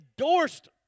endorsed